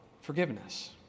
forgiveness